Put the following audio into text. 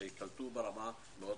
שייקלטו ברמה מאוד